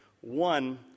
One